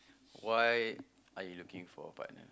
why are you looking for a partner